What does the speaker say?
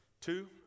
two